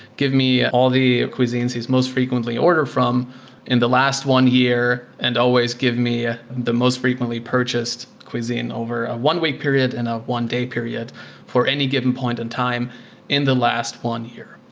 give me all the cuisines he's most frequently ordered from in the last one year and always give me ah the most frequently purchased cuisine over a one week period and a one day period for any given point in time in the last one year.